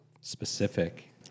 specific